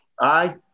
Aye